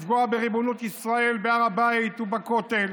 לפגוע בריבונות ישראל בהר הבית ובכותל